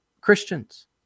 Christians